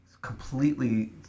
Completely